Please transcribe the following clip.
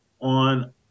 on